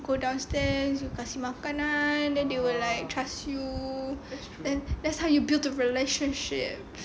go downstairs you kasi makanan then they will like trust you then that's how you build a relationship